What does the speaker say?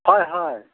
হয় হয়